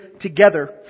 together